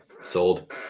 sold